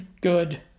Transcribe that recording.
good